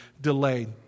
delayed